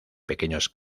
pequeños